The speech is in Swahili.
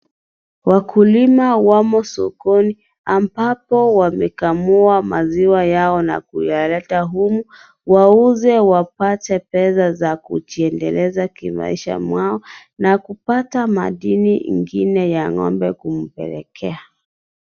Wakulima wamo sokoni ambapo wamekamua maziwa yao na kuyaleta humu wauze wapate pesa za kujiendeleza kimaisha mwao na kupata madini ingine ya ng'ombe kumpelekea.